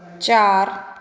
ਚਾਰ